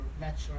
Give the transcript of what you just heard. natural